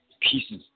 pieces